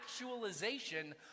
actualization